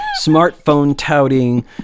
smartphone-touting